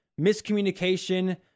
miscommunication